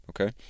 okay